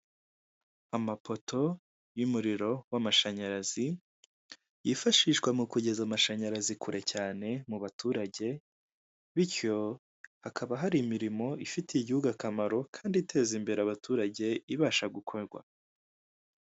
Amapoto y'umuriro w'amashanyarazi yifashishwa mu kugeza amashanyarazi kure cyane mu baturage, bityo hakaba hari imirimo ifitiye igihugu akamaro kandi iteza imbere abaturage ibasha gukorwa.